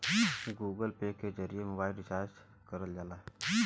Google Pay के जरिए mobile recharge करल जाला